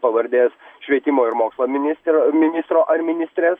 pavardės švietimo ir mokslo minister ministro ar ministrės